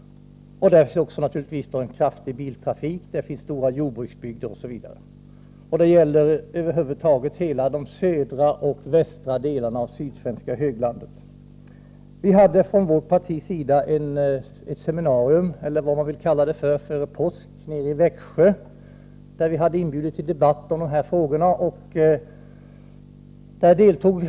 Där finns naturligtvis också omfattande biltrafik, stora jordbruksbygder m.m. Detta gäller över huvud taget de södra och västra delarna av Sydsvenska höglandet. Vi har från vårt partis sida haft ett seminarium, eller vad man vill kalla det, i Växjö, dit vi inbjudit till debatt i dessa frågor.